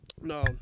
No